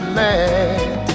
land